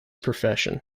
profession